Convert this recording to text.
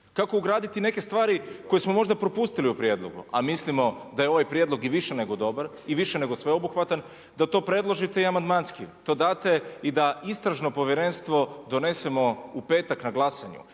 kako ugraditi neke stvari koje smo možda propustili u prijedlogu, a mislimo da je ovaj prijedlog i više nego dobar i više nego sveobuhvatan, da to predložite i amandmanski. To date i da istražno povjerenstvo donesemo u petak na glasanju.